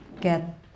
get